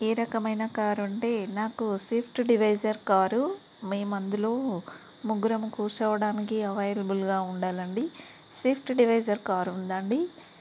ఏ రకమైన కారుంటే నాకు సిఫ్ట్ డిజైర్ కారు మేమందులో ముగ్గురం కూర్చోవడానికి అవైలబుల్గా ఉండాలండి సిఫ్ట్ డివైసర్ కారుందా అండి